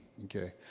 okay